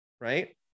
right